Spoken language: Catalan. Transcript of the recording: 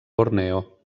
borneo